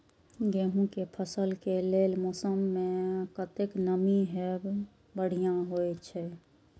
गेंहू के फसल के लेल मौसम में कतेक नमी हैब बढ़िया होए छै?